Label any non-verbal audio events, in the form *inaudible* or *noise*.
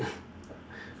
*laughs*